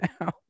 now